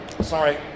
Sorry